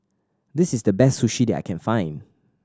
this is the best Sushi I can find